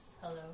Hello